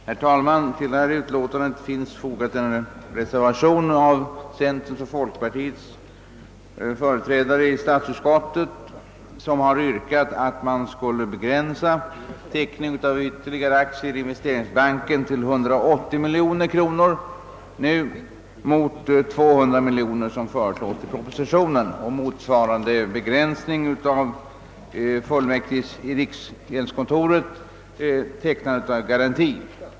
Herr talman! Till detta utlåtande finns fogad en reservation av centerns och folkpartiets företrädare i statsutskottet, vilka har yrkat dels att teckningen av ytterligare aktier i Investeringsbanken skulle begränsas till 180 miljoner kronor i stället för de 200 miljoner kronor som föreslås i propositionen, dels motsvarande begränsning av fullmäktiges i riksgäldskontoret tecknade garanti.